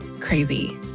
crazy